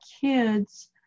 kids